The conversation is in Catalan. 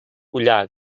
collar